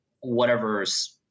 whatever's